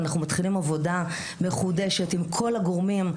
אנחנו מתחיל עבודה מחודשת עם כל הגורמים,